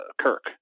Kirk